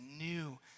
new